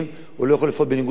הוא לא יכול לפעול בניגוד לכללים,